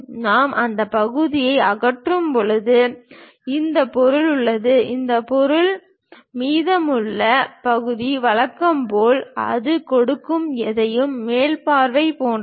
நாம் அந்த பகுதியை அகற்றும்போது இந்த பொருள் உள்ளது இந்த பொருள் உள்ளது மீதமுள்ள பகுதி வழக்கம் போல் அது கொடுக்கும் எதையும் மேல் பார்வை போன்றது